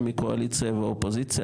גם מהקואליציה וגם מהאופוזיציה.